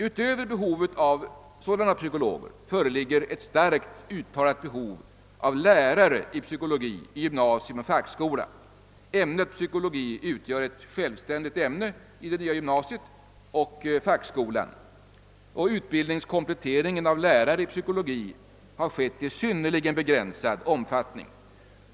Förutom behovet av sådana psykologer föreligger ett starkt uttalat behov av lärare i psykologi i gymnasium och fackskola. Ämnet psykologi utgör ett självständigt ämne i det nya gymnasiet och i fackskolan. Utbildningskompletteringen då det gäller lärare i psykologi har emellertid skett i synnerligen begränsad omfattning.